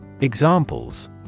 Examples